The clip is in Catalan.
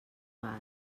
val